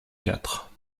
quatre